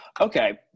Okay